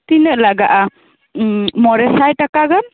ᱛᱤᱱᱟᱹᱜ ᱞᱟᱜᱟᱜ ᱟ ᱩᱸ ᱢᱚᱬᱮ ᱥᱟᱭ ᱴᱟᱠᱟ ᱜᱟᱱ